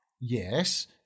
Yes